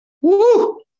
Woo